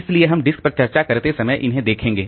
इसलिए हम डिस्क पर चर्चा करते समय इन्हें देखेंगे